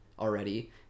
already